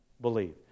believe